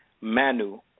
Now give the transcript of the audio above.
Manu